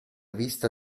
vista